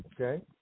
Okay